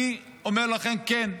אני אומר לכם: כן,